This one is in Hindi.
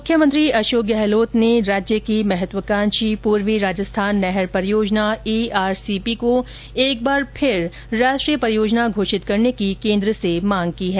मुख्यमंत्री अशोक गहलोत ने राज्य की महत्वाकांक्षी पूर्वी राजस्थान नहर परियोजना ईआरसीपी को एक बार फिर राष्ट्रीय परियोजना घोषित करने की मांग की है